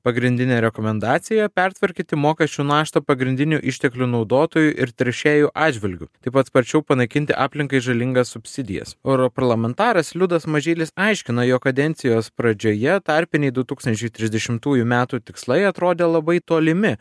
pagrindinė rekomendacija pertvarkyti mokesčių naštą pagrindinių išteklių naudotojų ir teršėjų atžvilgiu taip pat sparčiau panaikinti aplinkai žalingas subsidijas europarlamentaras liudas mažylis aiškina jog kadencijos pradžioje tarpiniai du tūkstančiai trisdešimt ųjų metų tikslai atrodė labai tolimi